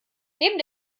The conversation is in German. neben